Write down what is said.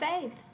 faith